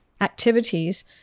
activities